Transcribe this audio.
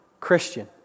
Christian